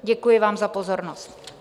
Děkuji vám za pozornost.